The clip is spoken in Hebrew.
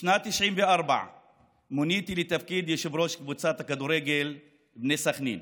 בשנת 1994 מוניתי לתפקיד יושב-ראש קבוצת הכדורגל בני סח'נין,